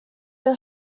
der